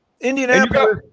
Indianapolis